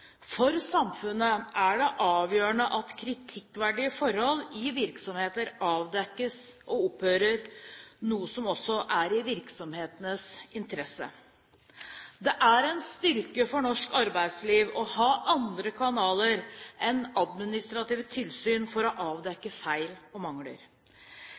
For samfunnet er det avgjørende at kritikkverdige forhold i virksomheter avdekkes og opphører, noe som også er i virksomhetenes interesse. Det er en styrke for norsk arbeidsliv å ha andre kanaler enn administrative tilsyn for å avdekke feil og mangler.